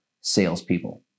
salespeople